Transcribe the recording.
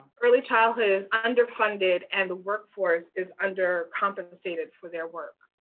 early childhood is underfunded, and the workforce is undercompensated for their work.